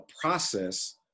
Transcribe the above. process